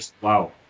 Wow